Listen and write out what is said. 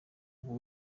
uba